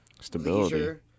Stability